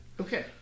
okay